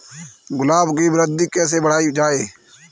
गुलाब की वृद्धि कैसे बढ़ाई जाए?